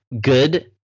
good